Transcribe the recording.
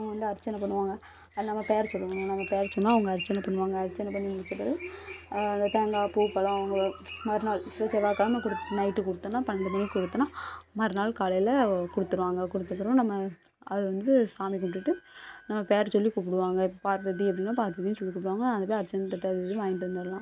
அவங்க வந்து அர்ச்சனை பண்ணுவாங்க அது நம்ம பெயர சொல்லணும் நம்ம பெயர சொன்னால் அவங்க அர்ச்சனை பண்ணுவாங்க அர்ச்சனை பண்ணி முடிச்ச பிறகு அந்த தேங்காய் பூ பழம் அங்கே மறுநாள் இப்போ செவ்வாய் கிழம கொடுத் நைட்டு கொடுத்தோம்னா பன்னெண்டு மணிக்கு கொடுத்தோம்னா மறுநாள் காலையில் கொடுத்துருவாங்க கொடுத்தப் பிறவு நம்ம அதை வந்து சாமி கும்பிட்டுட்டு நம்ம பெயர சொல்லி கும்பிடுவாங்க இப்போ பார்வதி அப்படின்னா பார்வதினு சொல்லி கூப்பிடுவாங்க அங்கே போய் அர்ச்சனை தட்டு விறுவிறுன்னு வாங்கிட்டு வந்தரலாம்